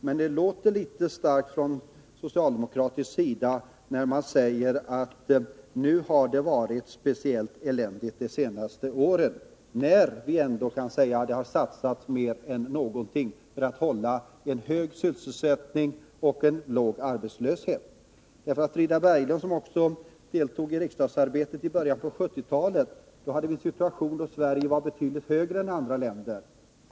Men det låter förmätet när socialdemokraterna säger att det har varit speciellt eländigt under de senaste åren. Vi kan ju ändå säga att det har satsats mer än någonsin för att nå en hög sysselsättning och låg arbetslöshet. Frida Berglund deltog ju också i riksdagsarbetet i början av 1970-talet, då vi hade en situation där Sverige hade betydligt högre arbetslöshet än andra länder.